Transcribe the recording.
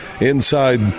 Inside